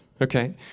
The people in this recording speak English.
Okay